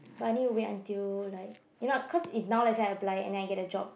but I need to wait until like you know because if now let say I apply and then I get a job